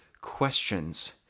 questions